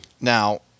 Now